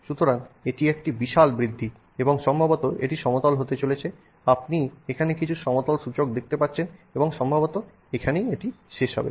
সুতরাং এটি একটি বিশাল বৃদ্ধি এবং সম্ভবত এটি সমতল হতে চলেছে আপনি এখানে কিছু সমতল সূচক দেখতে পাচ্ছেন এবং সম্ভবত এখানেই এটি শেষ হবে